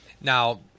now